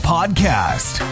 Podcast